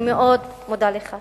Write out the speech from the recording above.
אני מאוד מודה לך.